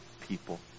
people